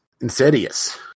insidious